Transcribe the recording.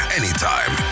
anytime